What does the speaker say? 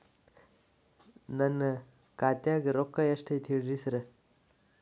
ನನ್ ಖಾತ್ಯಾಗ ರೊಕ್ಕಾ ಎಷ್ಟ್ ಐತಿ ಹೇಳ್ರಿ ಸಾರ್?